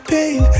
Pain